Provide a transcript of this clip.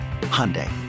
Hyundai